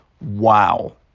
Wow